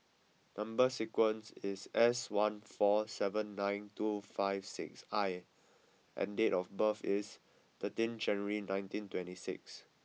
number sequence is S one four seven nine two five six I and date of birth is thirteenth January nineteen twenty six